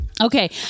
Okay